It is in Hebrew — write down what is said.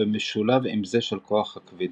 במשולב עם זה של כוח הכבידה.